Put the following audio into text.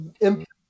Impact